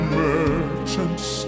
merchants